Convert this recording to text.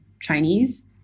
Chinese